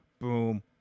boom